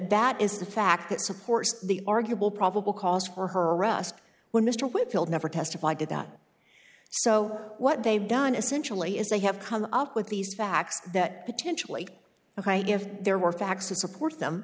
that is the fact that supports the arguable probable cause for her arrest when mr wickfield never testified to that so what they've done essentially is they have come up with these facts that potentially ok if there were facts to support them